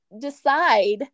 decide